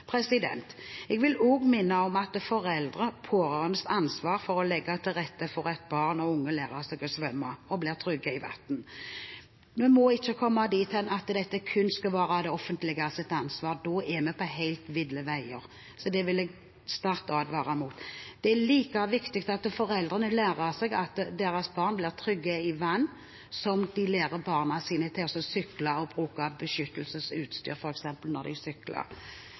Jeg vil også minne om at det er foreldres og pårørendes ansvar å legge til rette for at barn og unge lærer seg å svømme og blir trygge i vannet. Vi må ikke komme dithen at dette kun skal være det offentliges ansvar. Da er vi på helt ville veier. Det vil jeg sterkt advare mot. Det er like viktig at foreldrene lærer sine barn å bli trygge i vannet, som at de f.eks. lærer barna sine å sykle og bruke beskyttelsesutstyr når de sykler.